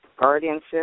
guardianship